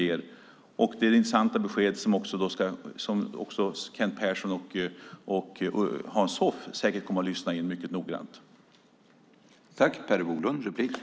Det vore ett intressant besked som säkert även Kent Persson och Hans Hoff mycket noggrant skulle lyssna in.